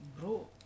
Bro